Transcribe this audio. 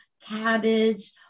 cabbage